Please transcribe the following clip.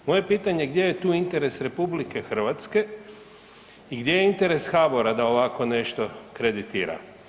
Moje pitanje je gdje je tu interes RH i gdje je interes HBOR-a da ovako nešto kreditira?